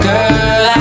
Girl